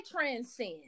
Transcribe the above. transcend